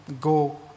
go